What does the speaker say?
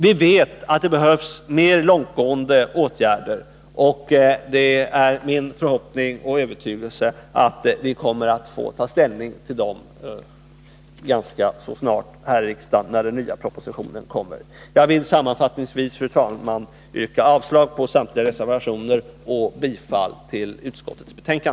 Vi vet att det behövs mer långtgående åtgärder, och det är min förhoppning och övertygelse att vi kommer att få ta ställning till dem ganska snart här i riksdagen, när den nya propositionen kommer. Jag yrkar alltså, fru talman, avslag på samtliga reservationer och bifall till utskottets hemställan.